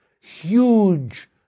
huge